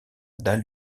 dalle